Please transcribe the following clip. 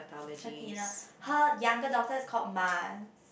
Athena her younger daughter is called Mars